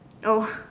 oh